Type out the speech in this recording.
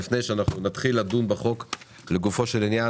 לפני שנתחיל לדון בחוק לגופו של עניין,